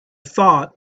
thought